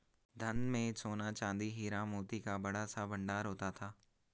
धन में सोना, चांदी, हीरा, मोती का बड़ा सा भंडार होता था